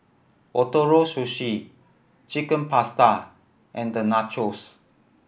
Ootoro Sushi Chicken Pasta and the Nachos